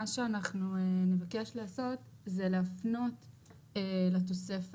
מה שאנחנו נבקש לעשות זה להפנות לתוספת.